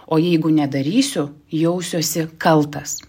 o jeigu nedarysiu jausiuosi kaltas